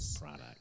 product